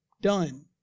Done